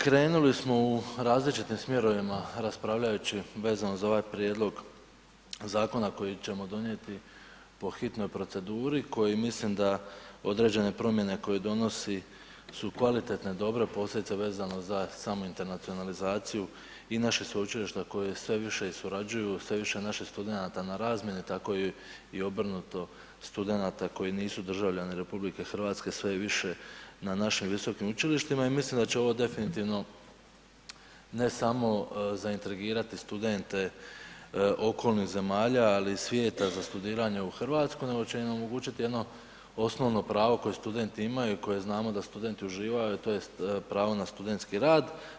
Krenuli smo u različitim smjerovima raspravljajući vezano uz ovaj prijedlog zakona koji ćemo donijeti po hitnoj proceduri, koji mislim da određene promjene koje donosi su kvalitetne, dobre posljedice vezano za samu internacionalizaciju i naše sveučilišta koja sve više surađuju, sve više je naših studenata na razmjeni, tako i obrnuto studenata koji nisu državljani RH sve je više na našim visokim učilištima i mislim da će ovo definitivno ne samo zaintrigirati studente okolnih zemalja ali i svijeta za studiranje u Hrvatskoj nego će im omogućiti jedno osnovno pravo koje studenti imaju i koje znamo da studenti uživaju, tj. pravo na studentski rad.